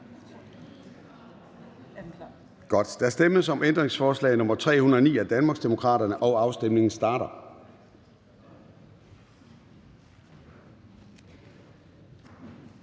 Der stemmes om ændringsforslag nr. 336 af Danmarksdemokraterne. Afstemningen starter.